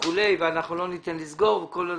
לא ניתן לסגור וכולי.